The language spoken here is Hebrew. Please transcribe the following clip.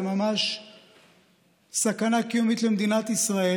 זה ממש סכנה קיומית למדינת ישראל.